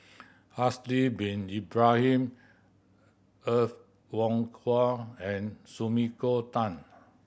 Haslir Bin Ibrahim Er Kwong Wah and Sumiko Tan